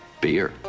beer